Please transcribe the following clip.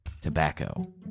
Tobacco